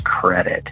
credit